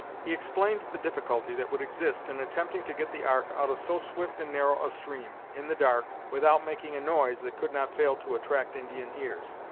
he explained the difficulty that would exist in attempting to get the ark out of so swift and narrow a stream, in the dark, without making a noise that could not fail to attract indian ears.